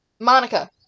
Monica